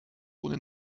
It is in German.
ohne